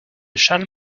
charles